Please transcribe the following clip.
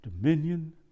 dominion